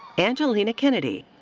angeleena kennedy.